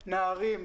נערים,